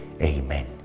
Amen